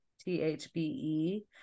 t-h-b-e